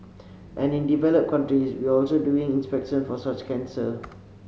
and in developed countries we are also doing more inspection for such cancer